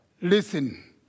listen